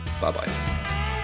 bye-bye